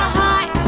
high